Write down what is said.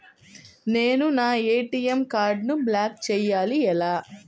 నేను నా ఏ.టీ.ఎం కార్డ్ను బ్లాక్ చేయాలి ఎలా?